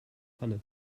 pfanne